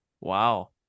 Wow